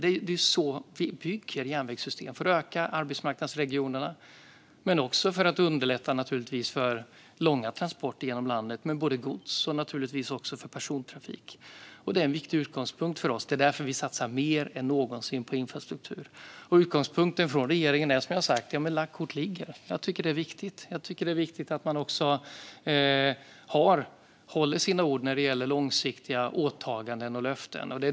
Det är så vi bygger järnvägssystem, och vi gör det för att öka arbetsmarknadsregionerna och för att underlätta för långa transporter genom landet med både gods och persontrafik. Det är en viktig utgångspunkt för oss, och därför satsar vi mer än någonsin på infrastruktur. Regeringens utgångspunkt är som jag har sagt, det vill säga att lagt kort ligger. Jag tycker att det är viktigt. Det är också viktigt att man håller ord när det gäller långsiktiga åtaganden och löften.